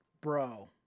bro